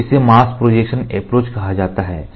तो इसे mask projection approach कहा जाता है